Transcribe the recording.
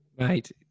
Right